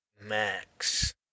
Max